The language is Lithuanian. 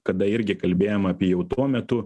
kada irgi kalbėjom apie jau tuo metu